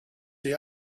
see